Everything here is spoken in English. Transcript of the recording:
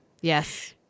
Yes